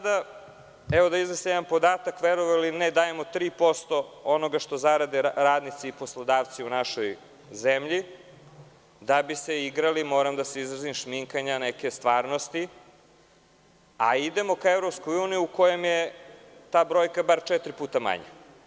Da iznesem jedan podatak, sada dajemo tri posto onoga što zarade radnici i poslodavci u našoj zemlji da bi se igrali, moram da se izrazim, šminkanja neke stvarnosti, a idemo ka EU u kojoj je ta brojka bar četiri puta manja.